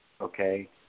okay